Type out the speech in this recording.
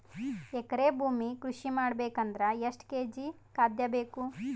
ಎಕರೆ ಭೂಮಿ ಕೃಷಿ ಮಾಡಬೇಕು ಅಂದ್ರ ಎಷ್ಟ ಕೇಜಿ ಖಾದ್ಯ ಬೇಕು?